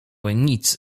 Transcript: podobnych